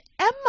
Emma